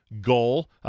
goal